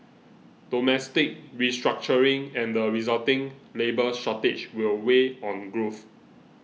domestic restructuring and the resulting labour shortage will weigh on growth